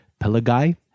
Pelagai